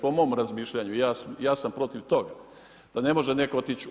Po mom razmišljanju, ja sam protiv toga da ne može netko otić.